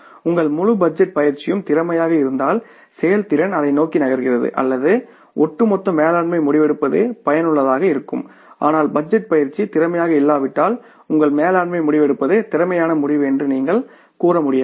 உங்கள் முழு பட்ஜெட் பயிற்சியும் திறமையாக இருந்தால் செயல்திறன் அதை நோக்கி நகர்கிறது அல்லது ஒட்டுமொத்த மேலாண்மை முடிவெடுப்பது பயனுள்ளதாக இருக்கும் ஆனால் பட்ஜெட் பயிற்சி திறமையாக இல்லாவிட்டால் உங்கள் மேலாண்மை முடிவெடுப்பது திறமையான முடிவு என்று நீங்கள் கூற முடியாது